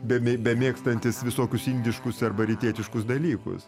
bemė mėgstantys visokius indiškus arba rytietiškus dalykus